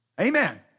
Amen